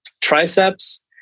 triceps